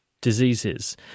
diseases